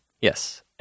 Yes